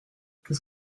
qu’est